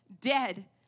dead